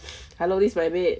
hello this rabbit